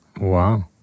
Wow